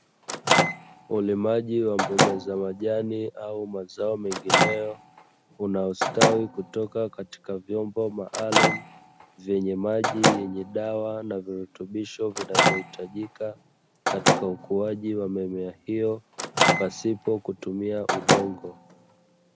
Ulimaji wa mboga za majani au mazao mengineyo unaostawi kutoka katika vyombo maalumu, vyenye maji yenye dawa na virutubisho vinavyohitajika katika ukuaji wa mimea hiyo pasipokutumia udongo.